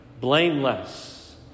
blameless